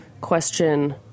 question